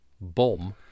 Bomb